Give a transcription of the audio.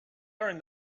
learn